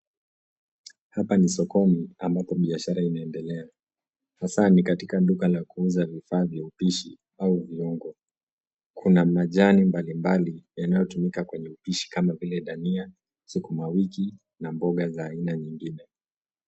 Hapo ni sokoni ambapo biashara inaendelea hasaa ni katika duka la kuuza bidhaa vya upishi au viungo. Kuna majani mbalimbali yanayotumika kwenye upishi kama vile dania, sukuma wiki na mboga za aina nyingine.